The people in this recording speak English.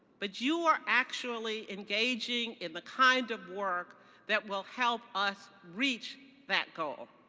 but you are actually engaging in the kind of work that will help us reach that goal.